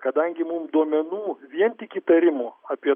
kadangi mum duomenų vien tik įtarimų apie